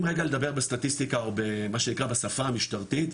אם רגע לדבר בסטטיסטיקה או במה שנקרא בשפה המשטרתית,